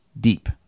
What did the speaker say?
deep